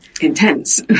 intense